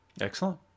Excellent